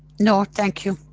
no thank you.